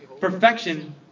Perfection